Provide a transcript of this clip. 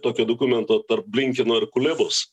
tokio dokumento tarp blinkino ir kolegos